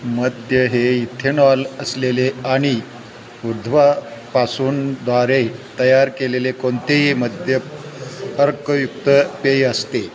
मद्य हे इथेनॉल असलेले आणि उध्वापासून द्वारे तयार केलेले कोणतेही मद्य अर्कयुक्त पेय असते